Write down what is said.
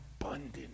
abundant